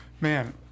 man